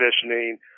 conditioning